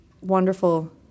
wonderful